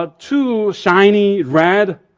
ah too shiny, red,